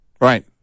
right